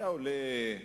היה עולה,